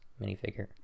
minifigure